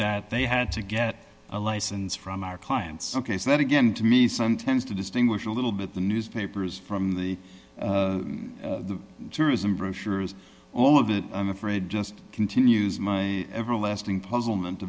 that they had to get a license from our clients ok so that again to me sometimes to distinguish a little bit the newspapers from the tourism brochures all of it i'm afraid just continues my everlasting puzzlement